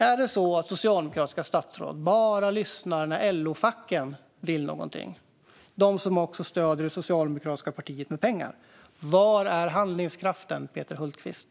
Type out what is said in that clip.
Är det så att socialdemokratiska statsråd bara lyssnar när LO-facken vill något, de som också stöder det socialdemokratiska partiet med pengar? Var är handlingskraften, Peter Hultqvist?